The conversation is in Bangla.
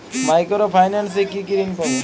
মাইক্রো ফাইন্যান্স এ কি কি ঋণ পাবো?